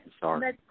Sorry